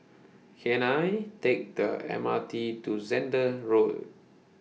Can I Take The M R T to Zehnder Road